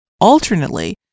Alternately